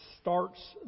starts